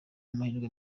amahirwe